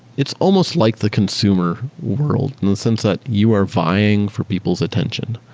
it's almost like the consumer world, in the sense that you are vying for people's attention,